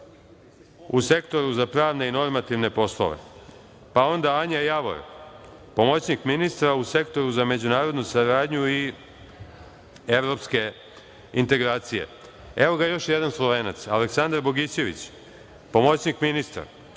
u Sektoru za pravne i normativne poslove. Zatim, Anja Javor, pomoćnik ministra u Sektoru za međunarodnu saradnju i evropske integracije. Evo ga još jedan Slovenac Aleksandar Bogićević, pomoćnik ministra.